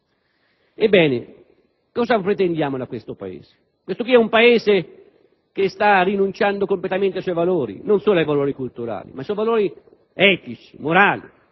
Ebbene, cosa pretendiamo da questo Paese? Il nostro è un Paese che sta rinunciando completamente ai suoi valori, non solo culturali, ma anche etici e morali.